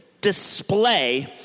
display